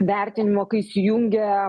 vertinimo kai įsijungia